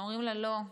ואומרים לה: לא,